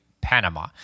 Panama